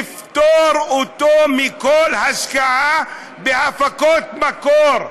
לפטור אותו מכל השקעה בהפקות מקור.